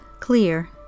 Clear